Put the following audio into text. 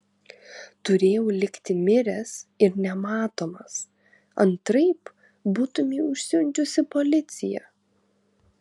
turėjau likti miręs ir nematomas antraip būtumei užsiundžiusi policiją